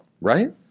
right